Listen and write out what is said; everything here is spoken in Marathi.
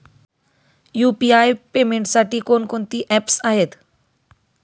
यु.पी.आय पेमेंटसाठी कोणकोणती ऍप्स आहेत?